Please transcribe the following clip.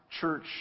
church